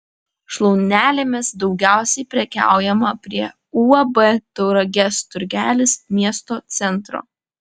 šlaunelėmis daugiausiai prekiaujama prie uab tauragės turgelis miesto centro